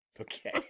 Okay